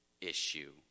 issue